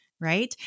Right